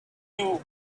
you